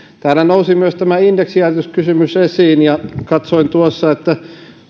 täällä nousi myös tämä indeksijäädytyskysymys esiin katsoin tuossa että